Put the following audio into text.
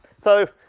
so,